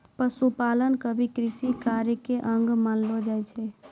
पशुपालन क भी कृषि कार्य के अंग मानलो जाय छै